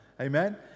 Amen